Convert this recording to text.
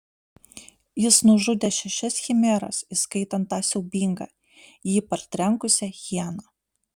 jis nužudė šešias chimeras įskaitant tą siaubingą jį partrenkusią hieną